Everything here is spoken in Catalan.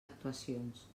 actuacions